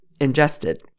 ingested